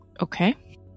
Okay